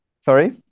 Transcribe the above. Sorry